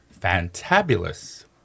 fantabulous